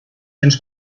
cents